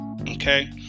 Okay